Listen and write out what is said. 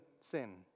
sin